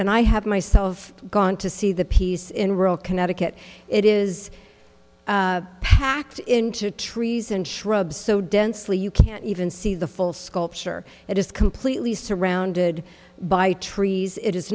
and i have myself gone to see the piece in rural connecticut it is packed into trees and shrubs so densely you can't even see the full sculpture it is completely surrounded by trees it